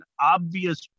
obvious